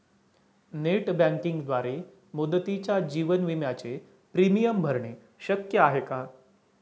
Net बँकिंगद्वारे मुदतीच्या जीवन विम्याचे प्रीमियम भरणे शक्य आहे का?